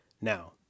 Now